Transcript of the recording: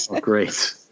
Great